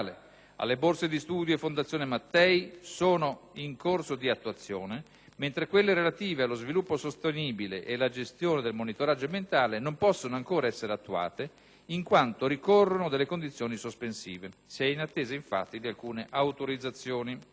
alle borse di studio e alla Fondazione Enrico Mattei sono in corso di attuazione, mentre quelle relative allo sviluppo sostenibile ed alla gestione del monitoraggio ambientale non possono ancora essere attuate, in quanto ricorrono delle condizioni sospensive (si è in attesa infatti di alcune autorizzazioni).